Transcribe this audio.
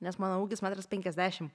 nes mano ūgis metras penkiasdešim